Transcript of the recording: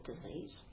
disease